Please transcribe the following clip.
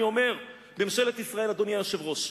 אני אומר: ממשלת ישראל, אדוני היושב-ראש,